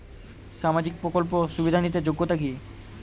সামাজিক প্রকল্প সুবিধা নিতে যোগ্যতা কি?